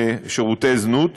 שירותי זנות.